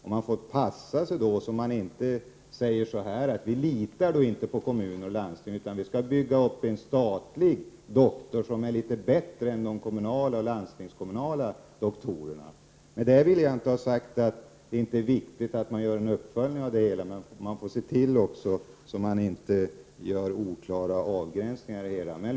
Man bör akta sig för att säga att man på grund av att man inte litar på kommuner och landsting skall bygga upp en statlig organisation med läkare som är bättre än de kommunala och landstingskommunala läkarna. Med detta vill jag inte ha sagt att det inte är viktigt att göra en uppföljning av det hela. Men man får se till att avgränsningarna inte blir oklara.